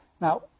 Now